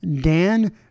Dan